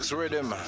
Rhythm